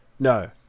No